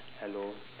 hello